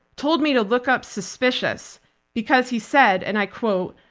told me to look up suspicious because he said, and i quote,